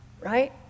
right